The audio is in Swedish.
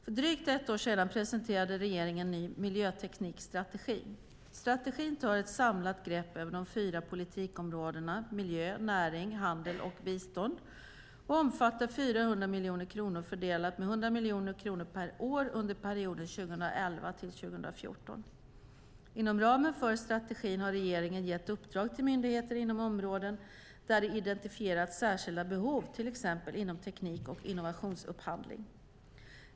För drygt ett år sedan presenterade regeringen en ny miljöteknikstrategi. Strategin tar ett samlat grepp över de fyra politikområdena miljö, näring, handel och bistånd och omfattar 400 miljoner kronor fördelat med 100 miljoner kronor per år under perioden 2011-2014. Inom ramen för strategin har regeringen gett uppdrag till myndigheter inom områden där det identifierats särskilda behov, till exempel inom teknik och innovationsupphandling.